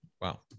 Wow